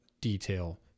detail